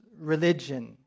religion